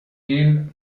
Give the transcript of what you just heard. ihn